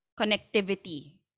connectivity